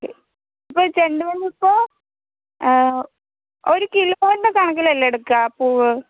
അപ്പോൾ ചെണ്ടുമല്ലി ഇപ്പോൾ ഒരു കിലോൻറെ കണക്കിലല്ലേ എടുക്കുക പൂവ്